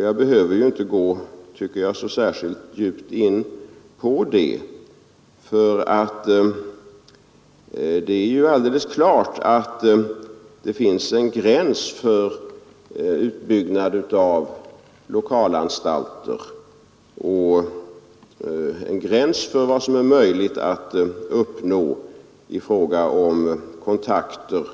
Jag tycker inte att jag behöver gå så särskilt djupt in på detta, för det är ju alldeles klart att det finns en gräns för utbyggnaden av lokalanstalter och för vad som är möjligt att uppnå i fråga om kontakter